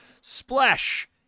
splash